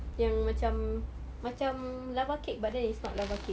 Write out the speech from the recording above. yang macam macam lava cake but then it's not lava cake